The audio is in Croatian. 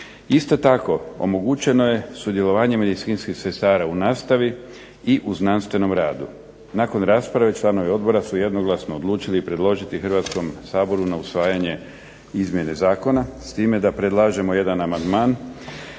Isto tako omogućeno je sudjelovanje medicinskih sestara u nastavi i u znanstvenom radu. Nakon rasprave članovi odbora su jednoglasno odlučili predložiti Hrvatskom saboru na usvajanje izmjene zakona s time da predlažemo jedan amandman,